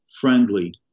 friendly